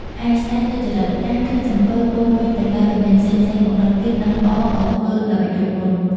ឯស្ដេចទុច្ចរិត កាលឃើញសំពៅពោរពេញទៅដោយទំនិញផ្សេងៗ មកដល់ទៀត នឹក អរ ក៏ធ្វើល្បិចដូចមុន ។